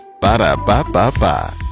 Ba-da-ba-ba-ba